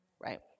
right